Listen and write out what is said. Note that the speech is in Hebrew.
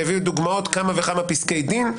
והביאו דוגמאות של כמה וכמה פסקי דין,